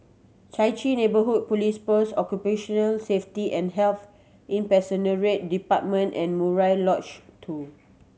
Chai Chee Neighbourhood Police Post Occupational Safety and Health Department and Murai Lodge Two